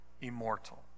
immortal